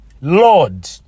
lord